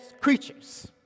creatures